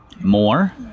more